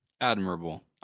Admirable